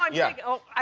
um yeah. ok.